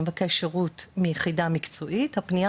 ומבקש שירות מיחידה מקצועית הפנייה